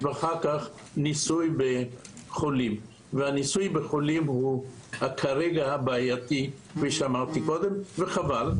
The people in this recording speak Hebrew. ניסוי בחולים הוא בעייתי, כפי שאמרתי קודם, וחבל.